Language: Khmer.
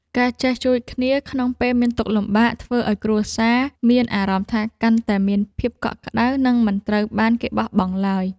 ការចេះជួយគ្នាក្នុងពេលមានទុក្ខលំបាក ធ្វើឱ្យគ្រួសារសពមានអារម្មណ៍ថាកាន់តែមានភាពកក់ក្តៅ និងមិនត្រូវបានគេបោះបង់ឡើយ។